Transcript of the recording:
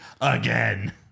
again